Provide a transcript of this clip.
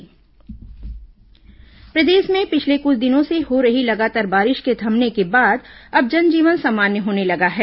बारिश प्रदेश में पिछले कुछ दिनों से हो रही लगातार बारिश के थमने के बाद अब जनजीवन सामान्य होने लगा है